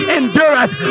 endureth